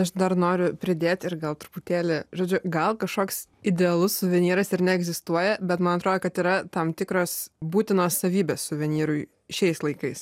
aš dar noriu pridėti ir gal truputėlį žodžiu gal kažkoks idealus suvenyras ir neegzistuoja bet man atrodo kad yra tam tikros būtinos savybės suvenyrui šiais laikais